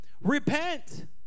Repent